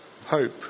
hope